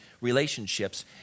relationships